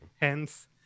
Hence